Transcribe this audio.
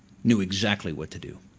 knew exactly what to do.